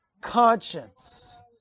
conscience